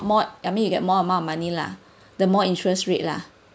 more I mean you get more amount of money lah the more interest rate lah